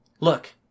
Look